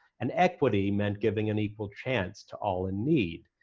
and equity meant giving an equal chance to all in need.